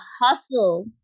hustle